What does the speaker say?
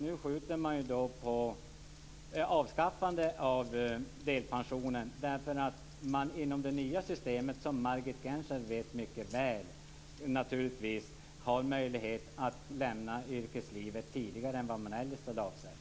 Nu skjuter man på avskaffandet av delpensionen. Inom det nya systemet - vilket Margit Gennser mycket väl vet - skall det finnas möjlighet att lämna yrkeslivet tidigare än vad som eljest var avsett.